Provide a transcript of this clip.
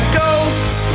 ghosts